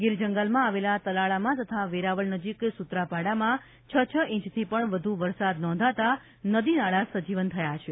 ગીર જંગલમાં આવેલા તલાળામાં તથા વેરાવળ નજીક સૂત્રાપાડામાં છ છ ઇંચથી પણ વધુ વરસાદ નોંધાતા નદીનાળા સજીવન થયા છે